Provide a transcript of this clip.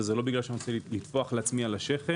וזה לא בגלל שאני רוצה לטפוח לעצמי על השכם.